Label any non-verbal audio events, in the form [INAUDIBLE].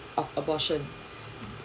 of abortion [BREATH]